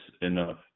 enough